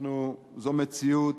זו מציאות,